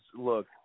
look